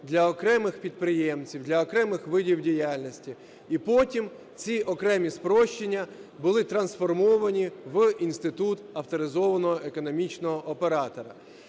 для окремих підприємців, для окремих видів діяльності. І потім ці окремі спрощення були трансформовані в інститут авторизованого економічного оператора.